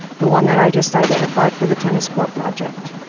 the one that i just identified for the tennis court project.